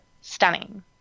stunning